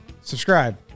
Subscribe